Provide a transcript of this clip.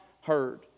heard